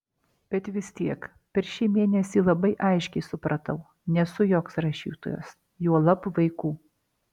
bet vis tiek per šį mėnesį labai aiškiai supratau nesu joks rašytojas juolab vaikų